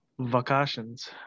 vacations